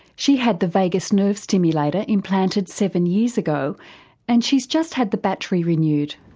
she had the vagus nerve stimulator implanted seven years ago and she's just had the battery renewed.